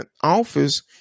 office